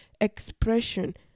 expression